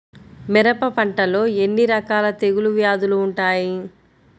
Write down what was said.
మిరప పంటలో ఎన్ని రకాల తెగులు వ్యాధులు వుంటాయి?